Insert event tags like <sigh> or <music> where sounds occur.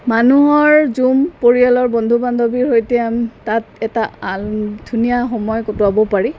মানুহৰ জুম পৰিয়ালৰ বন্ধু বান্ধৱীৰ সৈতে তাত এটা <unintelligible> ধুনীয়া সময় কটোৱাবও পাৰি